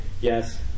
yes